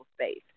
space